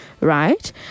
Right